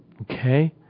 Okay